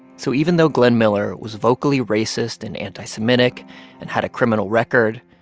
so even though glenn miller was vocally racist and anti-semitic and had a criminal record,